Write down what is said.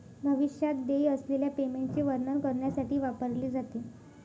भविष्यात देय असलेल्या पेमेंटचे वर्णन करण्यासाठी वापरले जाते